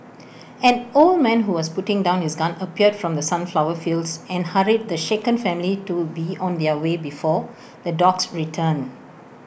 an old man who was putting down his gun appeared from the sunflower fields and hurried the shaken family to be on their way before the dogs return